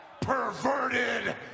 PERVERTED